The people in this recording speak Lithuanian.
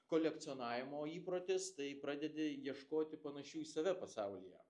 kolekcionavimo įprotis tai pradedi ieškoti panašių į save pasaulyje